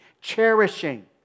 cherishing